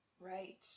Right